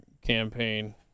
campaign